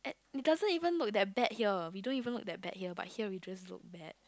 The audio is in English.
it doesn't even look that bad here we don't even look that bad here but here we just look bad